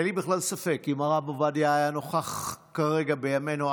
אין לי בכלל ספק שאם הרב עובדיה היה נוכח בימינו אנו,